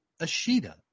Ashida